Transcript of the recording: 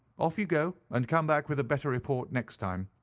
off you go, and come back with a better report next time.